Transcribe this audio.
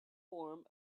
form